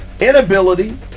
inability